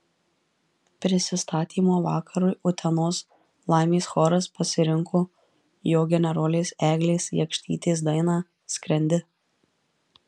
prisistatymo vakarui utenos laimės choras pasirinko jo generolės eglės jakštytės dainą skrendi